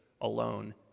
alone